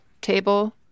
table